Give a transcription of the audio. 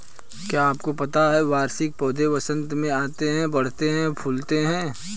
क्या आपको पता है वार्षिक पौधे वसंत में आते हैं, बढ़ते हैं, फूलते हैं?